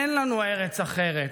אין לנו ארץ אחרת,